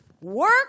work